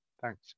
Thanks